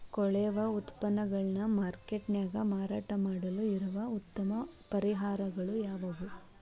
ಕೊಳೆವ ಉತ್ಪನ್ನಗಳನ್ನ ಮಾರ್ಕೇಟ್ ನ್ಯಾಗ ಮಾರಾಟ ಮಾಡಲು ಇರುವ ಉತ್ತಮ ಪರಿಹಾರಗಳು ಯಾವವು?